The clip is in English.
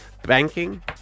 Banking